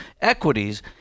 equities